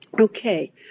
Okay